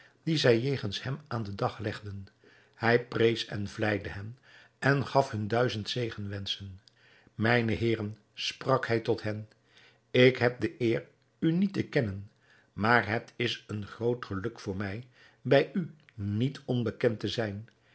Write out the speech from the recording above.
dien zij jegens hem aan den dag legden hij prees en vleide hen en gaf hun duizend zegenwenschen mijne heeren sprak hij tot hen ik heb de eer u niet te kennen maar het is een groot geluk voor mij bij u niet onbekend te zijn